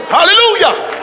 Hallelujah